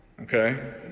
Okay